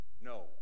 no